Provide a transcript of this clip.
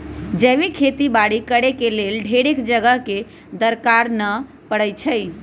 जैविक खेती बाड़ी करेके लेल ढेरेक जगह के दरकार न पड़इ छइ